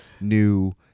new